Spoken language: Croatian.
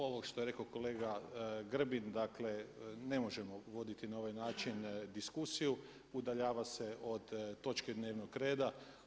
Ovo što je rekao kolega Grbin dakle ne možemo voditi na ovaj način diskusiju, udaljava se od točke dnevnog reda.